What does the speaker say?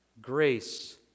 Grace